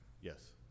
Yes